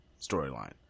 storyline